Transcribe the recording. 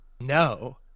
No